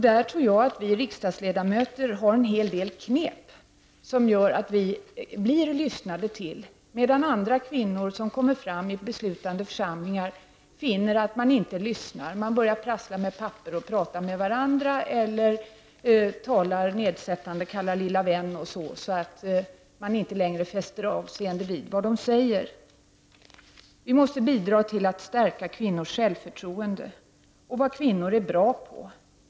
Där tror jag att vi riksdagsledamöter har en hel del knep som gör att vi blir lyssnade till, medan andra kvinnor som kommer fram i beslutande församlingar finner att man inte lyssnar, börjar prassla med papper, tala med varandra eller säga något nedsättande, som ”lilla vän”, och inte fäster något avseende vid vad de säger. Vi måste bidra till att stärka kvinnors självförtroende och tala om vad kvinnor är bra på.